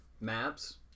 maps